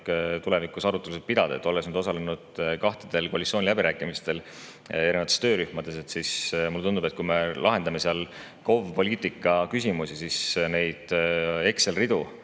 tulevikus arutelusid pidada. Olles nüüd osalenud kahtedel koalitsiooniläbirääkimistel eri töörühmades, mulle tundub, et kui me lahendame seal KOV-poliitika küsimusi, siis neid Exceli ridu